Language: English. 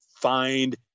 find